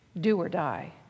do-or-die